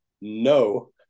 no